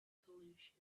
pollution